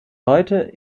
heute